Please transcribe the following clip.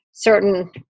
Certain